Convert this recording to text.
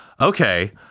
Okay